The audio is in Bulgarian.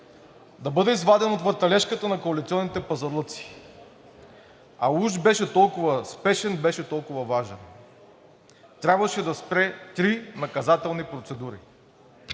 да бъде изваден от въртележката на коалиционните пазарлъци, а уж беше толкова спешен, беше толкова важен! Трябваше да спре три наказателни процедури!